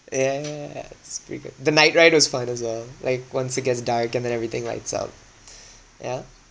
ya ya ya ya it's pretty good the night ride was fun as well like once it gets dark and then everything lights up yeah